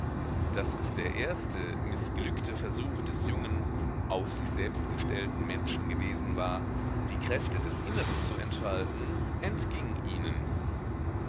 daß es der erste mißglückte versuch des jungen auf sich selbst gestellten menschen gewesen war die kräfte des inneren zu entfalten entging ihnen